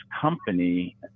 company